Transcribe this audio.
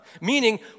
Meaning